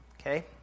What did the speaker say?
Okay